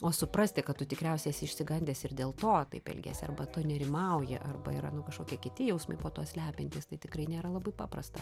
o suprasti kad tu tikriausiai esi išsigandęs ir dėl to taip elgiesi arba tu nerimauji arba yra nu kažkokie kiti jausmai po tuo slepiantys tai tikrai nėra labai paprasta